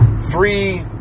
three